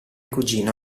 cugino